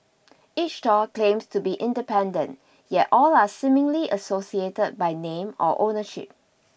each stall claims to be independent yet all are seemingly associated by name or ownership